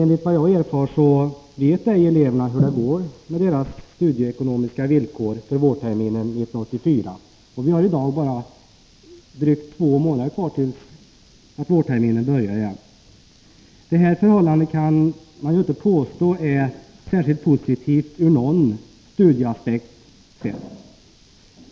Enligt vad jag har erfarit vet eleverna inte vilka deras studieekonomiska villkor blir under vårterminen 1984. Och det är nu bara drygt två månader kvar tills den börjar. Detta förhållande är inte särskilt positivt ur någon studieaspekt.